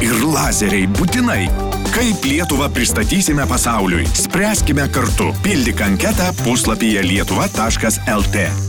ir lazeriai būtinai kaip lietuvą pristatysime pasauliui spręskime kartu pildyk anketą puslapyje lietuva taškas lt